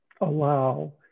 allow